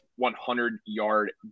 100-yard